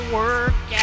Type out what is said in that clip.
work